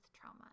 trauma